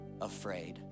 afraid